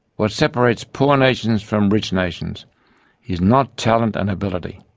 what separates poor nations from rich nations is not talent and ability.